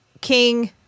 King